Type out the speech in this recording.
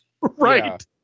right